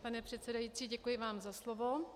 Pane předsedající, děkuji vám za slovo.